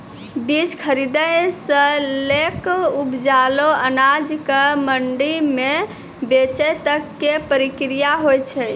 बीज खरीदै सॅ लैक उपजलो अनाज कॅ मंडी म बेचै तक के प्रक्रिया हौय छै